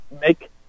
make